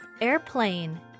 Airplane